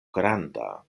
granda